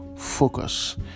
focus